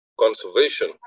conservation